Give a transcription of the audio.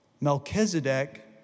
Melchizedek